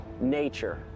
nature